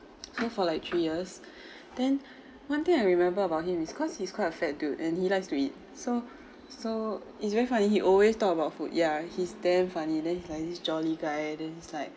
so for like three years then one thing I remember about him is cause he's quite a fat dude and he likes to eat so so it's very funny he always talk about food ya he's damn funny then he's like this jolly guy then he's like